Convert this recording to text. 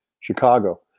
chicago